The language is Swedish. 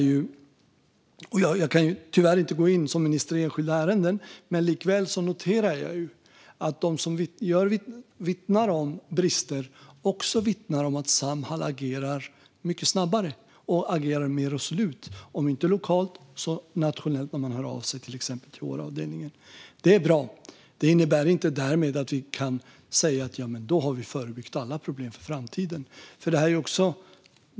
Jag kan tyvärr inte som minister gå in i enskilda ärenden, men jag noterar att de som vittnar om brister också vittnar om att Samhall agerar mycket snabbare och mer resolut, om inte lokalt så nationellt, när man till exempel hör av sig till HR-avdelningen. Det är bra. Detta innebär inte att vi därmed kan säga: Ja, men då har vi förebyggt alla problem för framtiden.